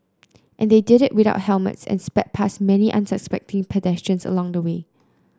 and they did it without helmets and sped past many unsuspecting pedestrians along the way